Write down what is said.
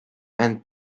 and